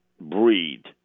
breed